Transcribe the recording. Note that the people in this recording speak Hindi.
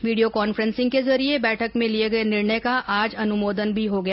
वीडियो कांफ्रेसिंग के जरिए बैठक में लिए गए निर्णय का आज अनुमोदन भी हो गया